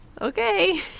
Okay